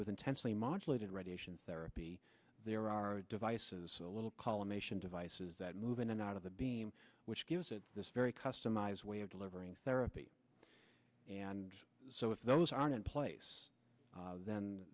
with intensely modulating radiation therapy there are devices little collimation devices that move in and out of the beam which gives it this very customized way of delivering therapy and so if those aren't in place